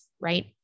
right